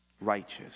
righteous